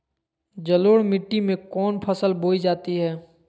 जलोढ़ मिट्टी में कौन फसल बोई जाती हैं?